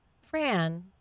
Fran